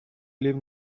live